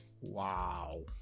Wow